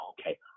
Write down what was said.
okay